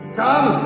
come